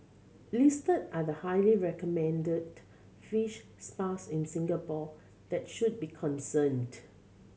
listed are the highly recommended fish spas in Singapore that should be concerned